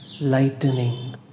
lightening